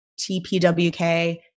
TPWK